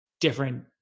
different